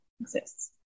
exists